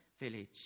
village